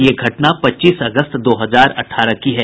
यह घटना पच्चीस अगस्त दो हजार अठारह की है